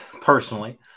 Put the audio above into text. personally